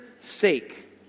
sake